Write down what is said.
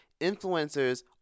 influencers